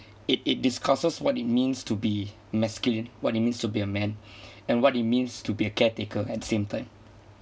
it it discusses what it means to be masculine what it means to be a man and what it means to be a caretaker at the same time